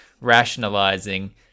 rationalizing